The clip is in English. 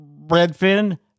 Redfin